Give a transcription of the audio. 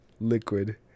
liquid